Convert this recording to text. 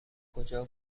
کجا